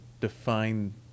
define